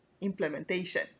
implementation